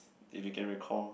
if you can recall